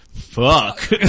Fuck